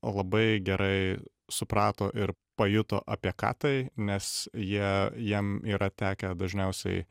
labai gerai suprato ir pajuto apie ką tai nes jie jiem yra tekę dažniausiai